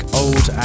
old